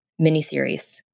miniseries